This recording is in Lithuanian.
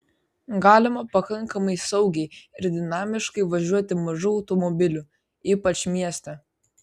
galima pakankamai saugiai ir dinamiškai važiuoti mažu automobiliu ypač mieste